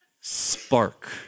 spark